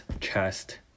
chest